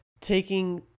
taking